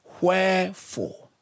wherefore